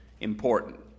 important